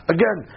Again